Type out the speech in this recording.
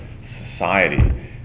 Society